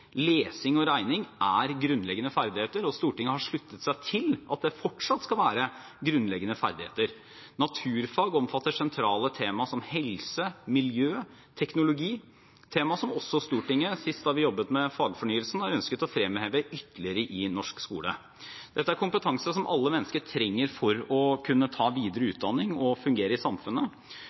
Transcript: Lesing og regning er grunnleggende ferdigheter, og Stortinget har sluttet seg til at det fortsatt skal være grunnleggende ferdigheter. Naturfag omfatter sentrale tema som helse, miljø og teknologi, som er tema som også Stortinget – sist da vi jobbet med fagfornyelsen – har ønsket å fremheve ytterligere i norsk skole. Dette er kompetanse som alle mennesker trenger for å kunne ta videre utdanning og for å kunne fungere i samfunnet.